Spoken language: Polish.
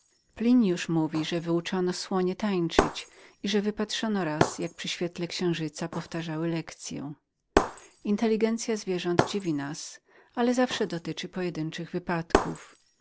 pliniusz mówi że wyuczono słoniów tańcować i że wypatrzono raz jak przy świetle księżyca powtarzały lekcyę pojętność zwierząt dziwi nas o ile jest zastosowaną do pojedynczych wypadków